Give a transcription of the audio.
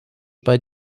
bei